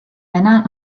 männern